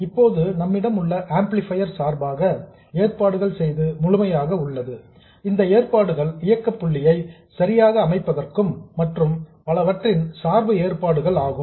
இப்போது நம்மிடம் உள்ள ஆம்ப்ளிஃபையர் சார்பாக ஏற்பாடுகள் செய்து முழுமையாக உள்ளது இந்த ஏற்பாடுகள் இயக்கக் புள்ளியை சரியாக அமைப்பதற்கும் மற்றும் பலவற்றின் சார்பு ஏற்பாடுகள் ஆகும்